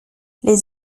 les